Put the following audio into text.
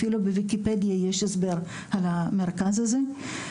אפילו בויקיפדיה יש הסבר על המרכז הזה.